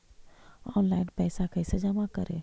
Online पैसा कैसे जमा करे?